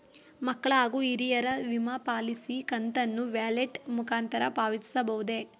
ಮಕ್ಕಳ ಹಾಗೂ ಹಿರಿಯರ ವಿಮಾ ಪಾಲಿಸಿ ಕಂತನ್ನು ವ್ಯಾಲೆಟ್ ಮುಖಾಂತರ ಪಾವತಿಸಬಹುದೇ?